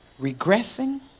regressing